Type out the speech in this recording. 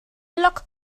luck